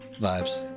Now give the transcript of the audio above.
Vibes